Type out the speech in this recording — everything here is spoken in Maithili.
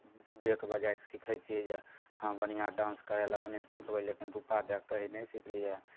डेक बजाए कऽ सीखै छियै जे हम बढ़िआँ डान्स करय लेल अपने सिखबै लेकिन रुपैआ दए कऽ कहीँ नहि सिखलियै